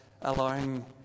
allowing